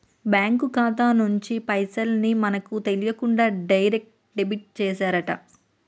bank ఖాతా నుంచి పైసల్ ని మనకు తెలియకుండా డైరెక్ట్ డెబిట్ చేశారట